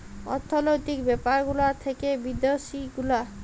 অর্থলৈতিক ব্যাপার গুলা থাক্যে বিদ্যাসি গুলা